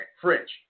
french